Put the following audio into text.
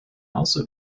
also